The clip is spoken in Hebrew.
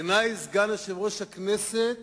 בעיני סגן יושב-ראש הכנסת